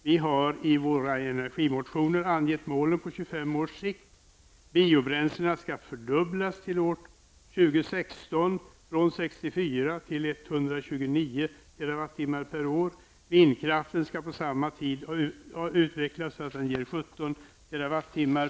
Vi har i våra energimotioner angett målen på 25 års sikt: Användningen av biobränslen skall fördubblas till år 2016 från 64 till 129 TWh år.